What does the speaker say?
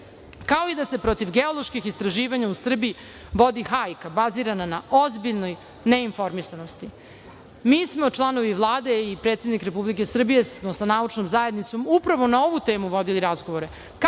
kao i da se protiv geoloških istraživanja u Srbiji vodi hajka bazirana na ozbiljnoj neinformisanosti. Mi smo članovi Vlade i predsednik Republike Srbije smo sa naučnom zajednicom upravo na ovu temu vodili razgovore